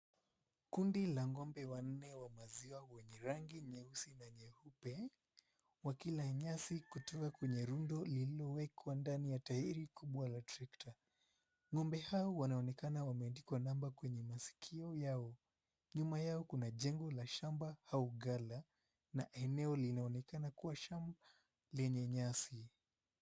Kundi la ng'ombe wanne wa maziwa wenye rangi nyeusi na nyeupe, wakila nyasi kutoka kwenye rundo lililowekwa ndani ya tairi kubwa la trekta. Ng'ombe hao wanaonekana wameandikwa namba kwenye masikio yao. Nyuma yao kuna jengo la shamba au ghala, na eneo linaonekana kuwa shamba lenye nyasi.